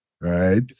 Right